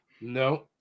No